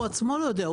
אבל הוא עצמו לא יודע.